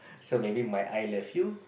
so maybe my I love you